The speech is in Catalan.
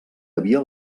havia